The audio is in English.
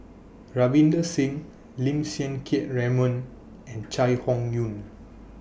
Ravinder Singh Lim Siang Keat Raymond and Chai Hon Yoong